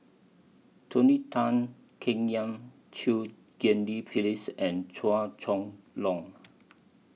Tony Tan Keng Yam Chew Ghim Lian Phyllis and Chua Chong Long